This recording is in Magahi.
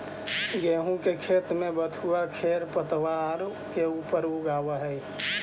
गेहूँ के खेत में बथुआ खेरपतवार के ऊपर उगआवऽ हई